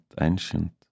ancient